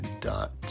dot